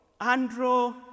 Andrew